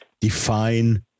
define